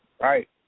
Right